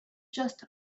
just